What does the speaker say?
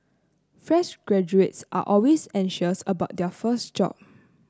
fresh graduates are always anxious about their first job